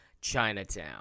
Chinatown